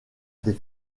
des